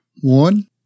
One